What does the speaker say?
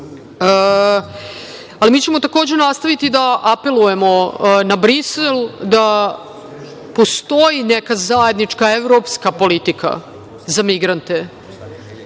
na vreme. Takođe, nastavićemo da apelujemo na Brisel, da postoji neka zajednička evropska politika za migrante.